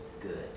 good